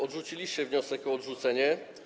Odrzuciliście wniosek o odrzucenie.